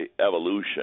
evolution